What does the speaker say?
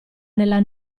nella